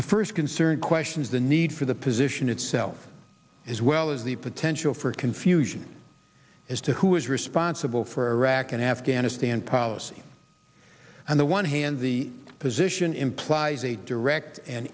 the first concern questions the need for the position itself as well as the potential for confusion as to who is responsible for iraq and afghanistan policy and the one hand the position implies a direct and